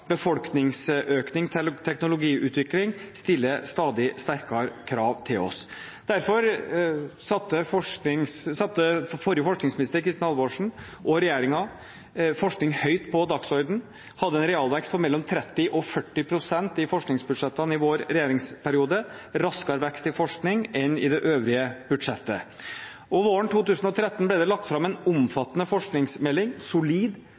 befolkningsøkning og teknologiutvikling stiller stadig større krav til oss. Derfor satte den forrige forskningsministeren, Kristin Halvorsen, og den regjeringen forskning høyt på dagsordenen, den hadde en realvekst på mellom 30 og 40 pst. i forskningsbudsjettene i vår regjeringsperiode – en raskere vekst i forskning enn i det øvrige budsjettet. Våren 2013 ble det lagt fram en omfattende forskningsmelding: Den var solid,